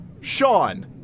Sean